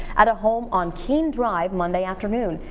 at a home on keen drive monday afternoon.